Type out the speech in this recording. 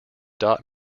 dot